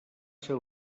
ser